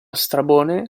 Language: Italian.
strabone